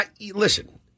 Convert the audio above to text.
Listen